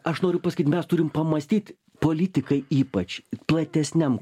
aš noriu pasakyt mes turim pamąstyt politikai ypač platesniam